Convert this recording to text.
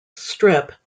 strip